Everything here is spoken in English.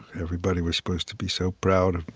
everybody was supposed to be so proud of